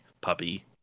puppy